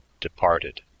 departed